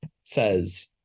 says